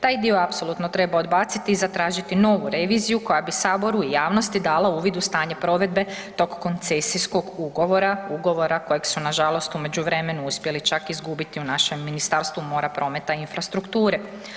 Taj dio apsolutno treba odbaciti i zatražiti novu reviziju koja bi Saboru i javnosti dala uvid u stanje provedbe tog koncesijskog ugovora, ugovora kojeg su na žalost u međuvremenu uspjeli čak izgubiti u našem Ministarstvu mora, prometa i infrastrukture.